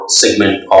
segment